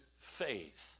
faith